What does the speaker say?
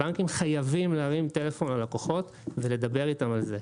הבנקים חייבים להרים טלפון ללקוחות ולדבר איתם על זה.